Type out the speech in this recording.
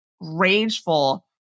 rageful